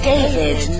David